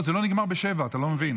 לא, זה לא נגמר בשבע, אתה לא מבין.